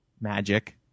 magic